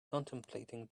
contemplating